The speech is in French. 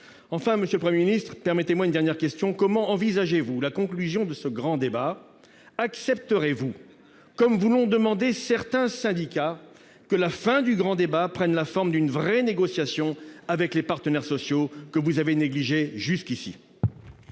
Enfin, monsieur le Premier ministre, permettez-moi une dernière question : comment envisagez-vous la conclusion de ce grand débat ? Accepterez-vous, comme vous l'ont demandé certains syndicats, qu'elle prenne la forme d'une vraie négociation avec les partenaires sociaux, que vous avez négligés jusqu'ici ?